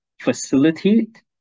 facilitate